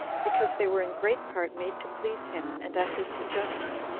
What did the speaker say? because they were in great part made to please him, and at his suggestion,